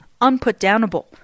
unputdownable—